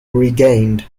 regained